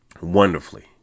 wonderfully